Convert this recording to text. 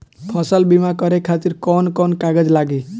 फसल बीमा करे खातिर कवन कवन कागज लागी?